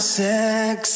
sex